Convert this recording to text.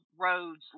roads